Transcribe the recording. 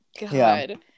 God